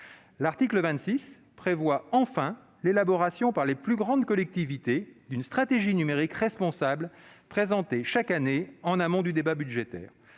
L'article 26 prévoit l'élaboration par les plus grandes collectivités d'une stratégie numérique responsable, présentée chaque année en amont du débat budgétaire.